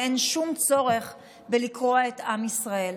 אין שום צורך בלקרוע את עם ישראל.